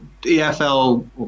EFL